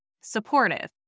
supportive